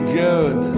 good